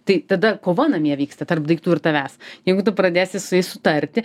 tai tada kova namie vyksta tarp daiktų ir tavęs jeigu tu pradėsi su jais sutarti